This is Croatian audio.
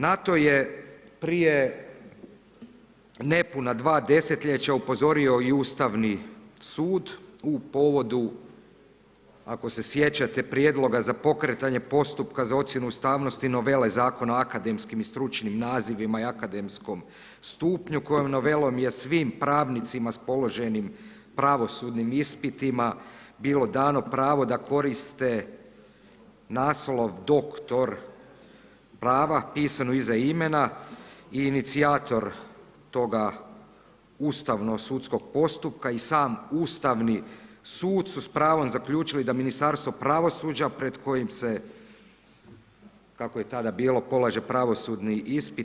Na to je prije nepuna dva desetljeća upozorio i Ustavni sud u povodu ako se sjećate prijedloga za pokretanje postupka za ocjenu ustavnosti novele Zakona o akademskim i stručnim nazivima i akademskom stupnju kojom novelom je svim pravnicima s položenim pravosudnim ispitima bilo dano pravo da koriste naslov doktor prava pisan iza imena i inicijator toga ustavno sudskog postupka i sam ustavni sud su s pravom zaključili da Ministarstvo pravosuđa pred kojim se kako je tada bilo polaže pravosudni ispit.